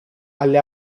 alle